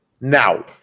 now